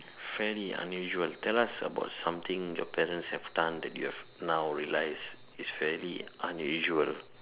fairly unusual tell us about something your parents have done that you have now realise is fairly unusual